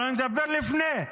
אבל אני מדבר על לפני זה.